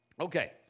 okay